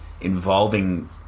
involving